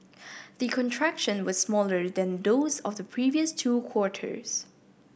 the contraction was smaller than those of the previous two quarters